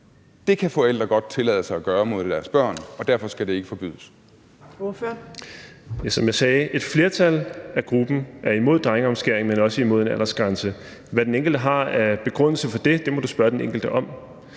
her kan forældre godt tillade sig at gøre mod deres børn, og derfor skal det ikke forbydes?